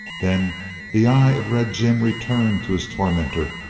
then the eye of red jim returned to his tormentor,